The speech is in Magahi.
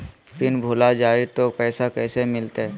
पिन भूला जाई तो पैसा कैसे मिलते?